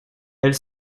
elle